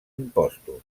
impostos